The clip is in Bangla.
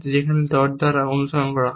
যেখানে ডট দ্বারা অনুসরণ করা হয়